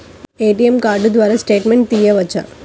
ATM card ద్వారా statement తీయవచ్చా?